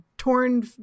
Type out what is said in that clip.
torn